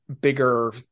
bigger